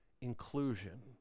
inclusion